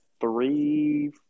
three